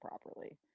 properly